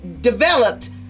developed